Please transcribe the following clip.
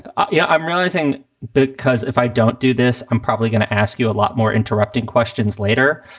but ah yeah i'm realizing because if i don't do this, i'm probably going to ask you a lot more interrupting questions later.